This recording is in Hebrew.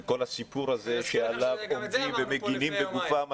וכל הסיפור שעלה שמגינים בגופם,